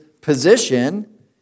position